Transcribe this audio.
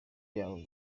yabo